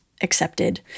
accepted